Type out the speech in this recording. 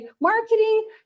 marketing